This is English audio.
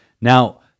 Now